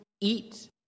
eat